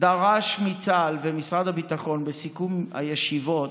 דרש מצה"ל ומשרד הביטחון בסיכום הישיבות,